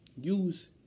Use